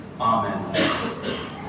Amen